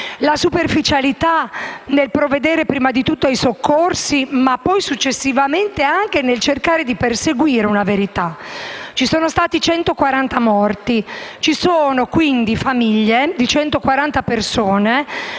la superficialità nel provvedere prima di tutto ai soccorsi e poi, successivamente, anche nel cercare di perseguire una verità. Ci sono stati 140 morti, le cui rispettive famiglie stanno